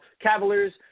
Cavaliers